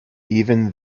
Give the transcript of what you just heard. even